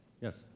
Yes